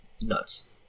Nuts